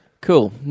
Cool